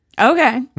Okay